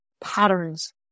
patterns